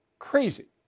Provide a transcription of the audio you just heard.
Crazy